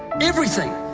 everything.